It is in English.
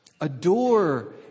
Adore